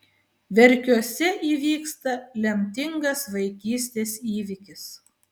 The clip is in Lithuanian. verkiuose įvyksta lemtingas vaikystės įvykis